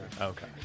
Okay